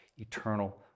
eternal